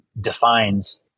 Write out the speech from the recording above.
defines